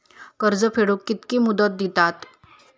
कर्ज फेडूक कित्की मुदत दितात?